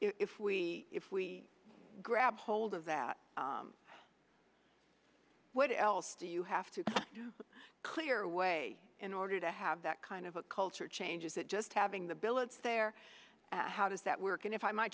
if we if we grab hold of that what else do you have to clear away in order to have that kind of a culture change is that just having the billets there how does that work and if i might